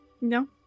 No